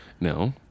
No